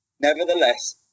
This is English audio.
nevertheless